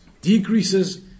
Decreases